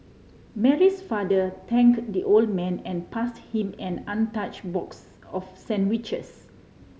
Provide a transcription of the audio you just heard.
Mary's father thank the old man and pass him an untouch box of sandwiches